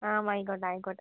ആ വാങ്ങിക്കോട്ടെ ആയിക്കോട്ടെ